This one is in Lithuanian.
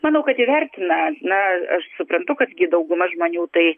manau kad įvertina na aš suprantu kad gi dauguma žmonių tai